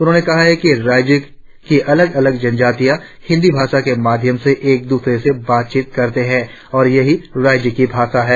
उन्होंने कहा कि राज्य की अलग अलग जनजातियां हिंदी भाषा के माध्यम से एक दूसरे से बातचीत करते है और यहीं राज्य की भाषा है